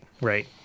Right